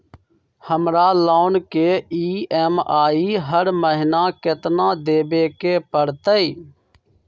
हमरा लोन के ई.एम.आई हर महिना केतना देबे के परतई?